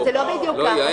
זה לא בדיוק כך.